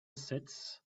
sets